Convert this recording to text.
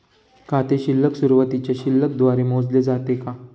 खाते शिल्लक सुरुवातीच्या शिल्लक द्वारे मोजले जाते का?